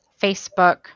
Facebook